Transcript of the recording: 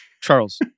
Charles